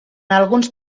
alguns